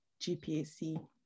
GPAC